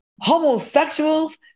homosexuals